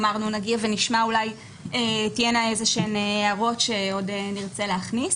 אמרנו שנגיע ונשמע כי אולי תהיינה איזשהן הערות שעוד נרצה להכניס.